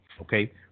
okay